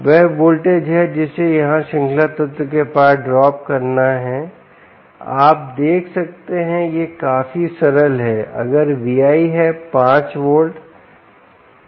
वह वोल्टेज है जिसे यहाँ श्रृंखला तत्व के पार ड्रॉप करना है आप देख सकते हैं कि यह काफी सरल है अगर Vi है 5 VOUT 33 है